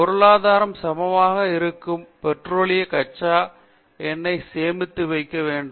பொருளாதாரம் சமமாக இருக்க பெட்ரோலிய கச்சா எண்ணெய் சேமித்து வைக்க வேண்டும்